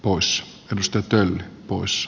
uus pystytään pois